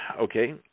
okay